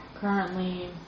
currently